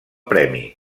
premi